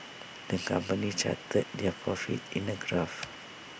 the company charted their profits in A graph